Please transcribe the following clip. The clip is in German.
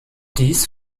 dies